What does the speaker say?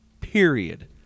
period